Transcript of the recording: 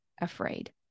afraid